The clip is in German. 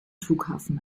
flughafen